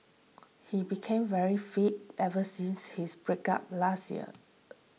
he became very fit ever since his breakup last year